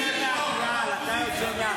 רצינו לשמוע אותו.